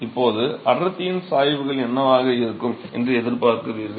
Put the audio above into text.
இப்போது அடர்த்தி சாய்வுகள் என்னவாக இருக்கும் என்று எதிர்பார்க்கிறீர்கள்